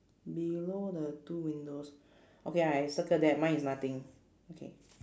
below the two windows okay I circle that mine is nothing okay